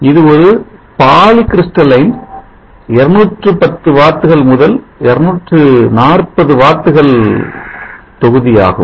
இது ஒரு poly crystalline 210 Watts முதல் 240 Watts தொகுதியாகும்